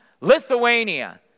lithuania